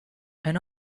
and